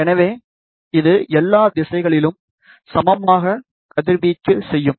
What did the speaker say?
எனவே இது எல்லா திசையிலும் சமமாக கதிர்வீச்சு செய்யும்